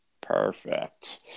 Perfect